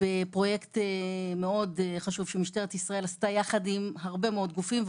בפרויקט שמאוד חשוב שמשטרת ישראל עשתה יחד עם הרבה מאוד גופים,